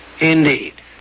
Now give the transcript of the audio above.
Indeed